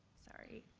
sorry.